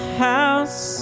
house